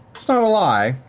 it's not a lie.